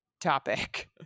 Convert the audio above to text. topic